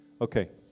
Okay